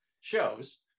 shows